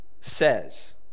says